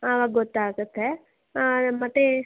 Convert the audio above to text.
ಹಾಂ ಆವಾಗ ಗೊತ್ತಾಗುತ್ತೆ ಹಾಂ ಮತ್ತೆ